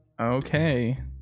Okay